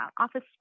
office